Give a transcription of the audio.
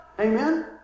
Amen